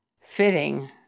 Fitting